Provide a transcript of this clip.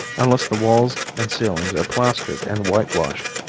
unless the walls and ceilings are plastered and whitewashed,